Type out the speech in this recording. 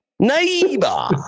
neighbor